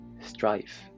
strife